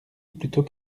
plutôt